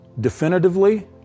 definitively